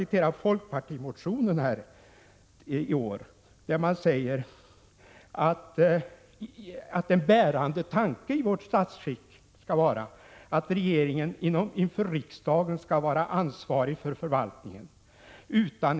I en av folkpartiets motioner heter det i år att den bärande tanken i vårt statsskick skall vara att regeringen inför riksdagen skall vara ansvarig för 2 Prot. 1986/87:122 = förvaltningen.